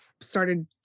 started